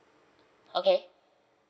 okay